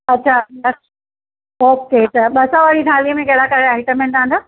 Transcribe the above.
अच्छा ओके त ॿ सौ वारी थालीअ में कहिड़ा कहिड़ा आइटम आहिनि तव्हां जा